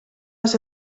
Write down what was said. las